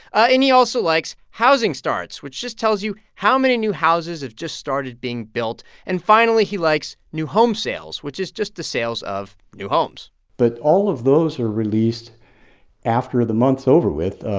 ah and he also likes housing starts, which just tells you how many new houses have just started being built. and finally, he likes new home sales, which is just the sales of new homes but all of those are released after the month's over with.